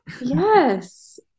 yes